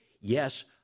yes